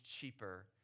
cheaper